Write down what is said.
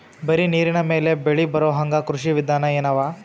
ಬರೀ ನೀರಿನ ಮೇಲೆ ಬೆಳಿ ಬರೊಹಂಗ ಕೃಷಿ ವಿಧಾನ ಎನವ?